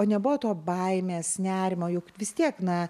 nebuvo to baimės nerimo juk vis tiek na